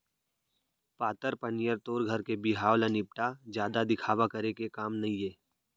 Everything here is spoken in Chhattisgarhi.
पातर पनियर तोर घर के बिहाव ल निपटा, जादा दिखावा करे के काम नइये